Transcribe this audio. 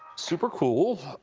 super cool.